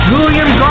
William